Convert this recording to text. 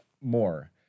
more